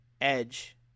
Edge